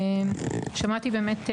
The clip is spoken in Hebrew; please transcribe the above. שמעתי באמת,